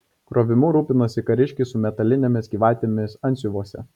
krovimu rūpinosi kariškiai su metalinėmis gyvatėmis antsiuvuose